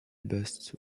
burst